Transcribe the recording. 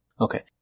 Okay